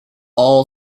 all